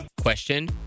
Question